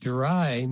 Dry